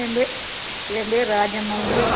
என் பேர் என் பேர் ராஜம்மாளுங்க